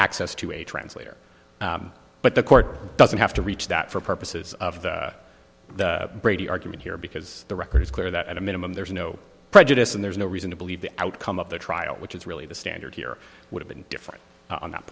access to a translator but the court doesn't have to reach that for purposes of the brady argument here because the record is clear that at a minimum there's no prejudice and there's no reason to believe the outcome of the trial which is really the standard here would have been different on that